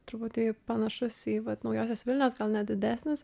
truputį panašus į vat naujosios vilnios gal net didesnis